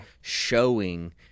showing